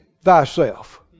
thyself